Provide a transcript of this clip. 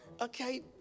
okay